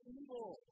evil